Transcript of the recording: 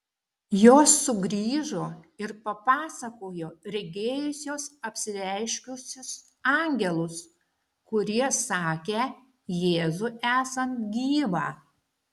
jos sugrįžo ir papasakojo regėjusios apsireiškusius angelus kurie sakę jėzų esant gyvą